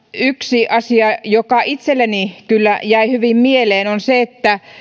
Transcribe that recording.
yksi asia joka kyllä itselleni jäi hyvin mieleen on se että